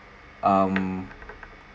um